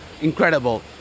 incredible